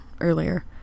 earlier